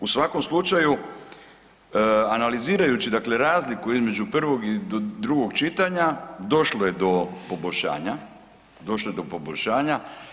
U svakom slučaju analizirajući dakle razliku između prvog i drugog čitanja došlo je do poboljšanja, došlo je do poboljšanja.